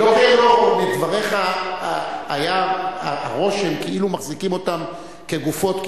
מדבריך היה הרושם כאילו מחזיקים אותם כגופות,